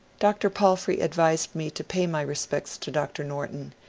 dr. palfrey advised me to pay my respects to dr. norton,